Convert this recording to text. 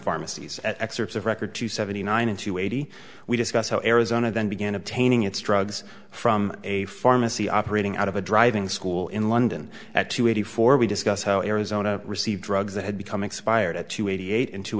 pharmacies excerpts of record two seventy nine and two eighty we discussed how arizona then began obtaining its drugs from a pharmacy operating out of a driving school in london at two eighty four we discussed how arizona received drugs that had become expired at two eighty eight in two